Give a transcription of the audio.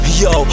yo